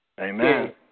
Amen